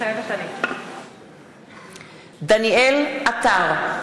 מתחייבת אני דניאל עטר,